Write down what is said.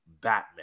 Batman